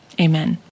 Amen